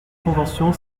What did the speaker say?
convention